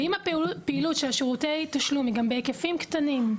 ואם הפעילות של שירותי תשלום היא גם בהיקפים קטנים,